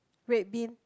red bean